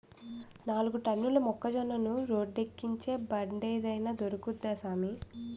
నాలుగు టన్నుల మొక్కజొన్న రోడ్డేక్కించే బండేదైన దొరుకుద్దా సామీ